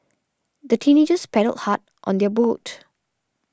the teenagers paddled hard on their boat